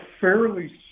fairly